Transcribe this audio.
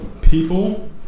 people